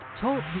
Talk